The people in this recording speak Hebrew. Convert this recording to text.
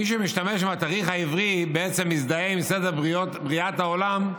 מי שמשתמש בתאריך העברי בעצם מזדהה עם סדר בריאת העולם,